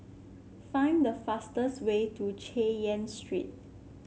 find the fastest way to Chay Yan Street